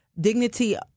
dignity